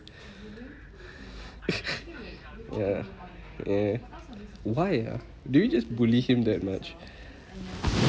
ya eh why ah do you just bully him that much